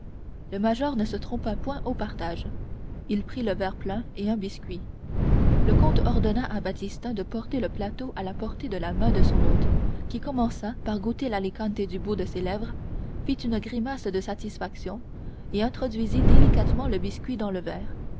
le major ne se trompa point au partage il prit le verre plein et un biscuit le comte ordonna à baptistin de poser le plateau à la portée de la main de son hôte qui commença par goûter l'alicante du bout de ses lèvres fit une grimace de satisfaction et introduisit délicatement le biscuit dans le verre